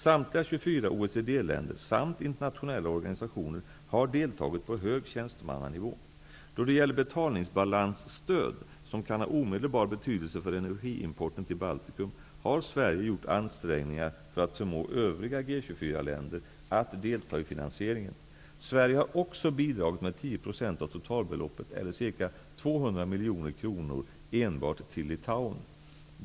Samtliga 24 OECD-länder samt internationella organisationer har deltagit på hög tjänstemannanivå. Då det gäller betalningsbalansstöd, som kan ha omedelbar betydelse för energiimporten till Baltikum, har Sveige gjort ansträngningar för att förmå övriga G 24 länder att delta i finansieringen. Sverige har också bidragit med 10 % av totalbeloppet eller ca 200 miljoner kronor enbart till Litauen.